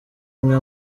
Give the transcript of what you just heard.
umwe